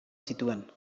zituen